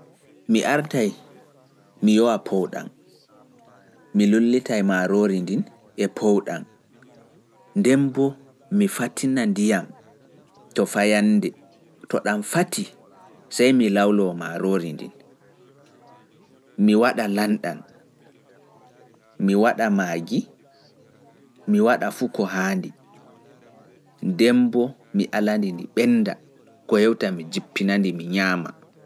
Mi artai mi yowa powɗam, mi lullita maarori ndin e powɗam, nden bo mi fatina ndiyam to fayande, to ɗan fati sai mi lawlo maarori mi wata lanɗam. Alaindi ndi ɓennda.